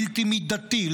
בלתי מידתי,